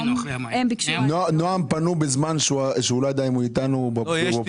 נעם פנו בזמן שהוא לא ידע אם הוא איתנו או באופוזיציה.